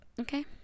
Okay